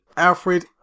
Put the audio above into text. Alfred